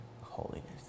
holiness